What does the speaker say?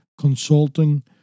consulting